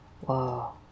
Wow